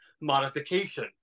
modification